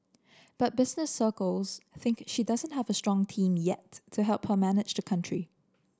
but business circles think she doesn't have a strong team yet to help her manage the country